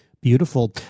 Beautiful